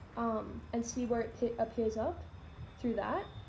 um and see where it appears up through that